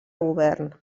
govern